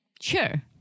Sure